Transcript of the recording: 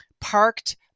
parked